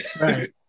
Right